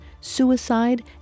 suicide